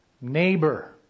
Neighbor